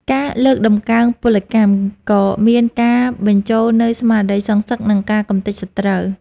ការលើកតម្កើងពលកម្ម ក៏មានការបញ្ចូលនូវស្មារតីសងសឹក និងការកម្ទេចសត្រូវ។